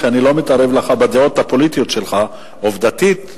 ואני לא מתערב לך בדעות הפוליטיות שלך: עובדתית,